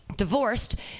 Divorced